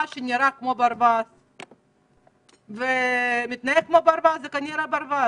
מה שנראה כמו ברווז ומתנהג כמו ברווז זה כנראה ברווז.